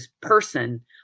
person